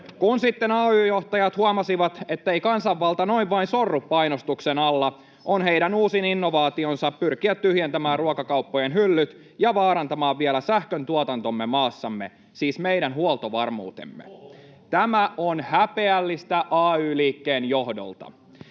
Kun sitten ay-johtajat huomasivat, että ei kansanvalta noin vain sorru painostuksen alla, on heidän uusin innovaationsa pyrkiä tyhjentämään ruokakauppojen hyllyt ja vaarantamaan vielä sähköntuotantomme maassamme, siis meidän huoltovarmuutemme. [Perussuomalaisten ryhmästä: